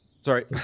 Sorry